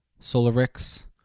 solarix